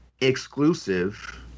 exclusive